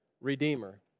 Redeemer